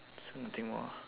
so nothing more ah